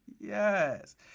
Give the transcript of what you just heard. Yes